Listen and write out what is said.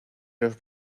los